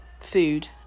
food